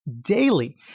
daily